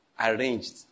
Arranged